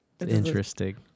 Interesting